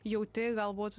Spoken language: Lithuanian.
jauti galbūt